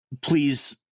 please